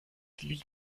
die